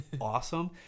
awesome